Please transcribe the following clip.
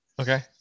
okay